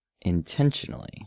intentionally